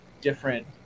different